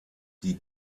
die